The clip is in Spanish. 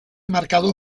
marcado